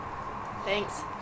thanks